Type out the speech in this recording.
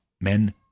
men